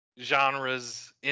genres